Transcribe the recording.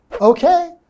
Okay